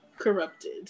Corrupted